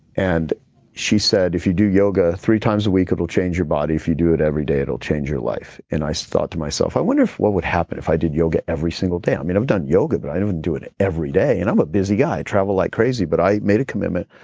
and she said, if you do yoga three times a week, it'll change your body. if you do it every day it'll change your life. and i so thought to myself, i wonder what would happen happen if i did yoga every single day? um you know i've done yoga, but i don't do it it every day and i'm a busy guy, i travel like crazy. but i made a commitment,